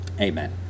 Amen